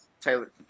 Taylor